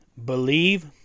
Believe